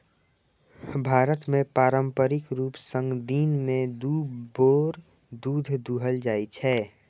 भारत मे पारंपरिक रूप सं दिन मे दू बेर दूध दुहल जाइ छै